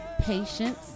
Patience